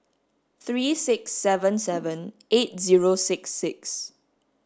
three six seven seven eight zero six six